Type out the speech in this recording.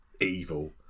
Evil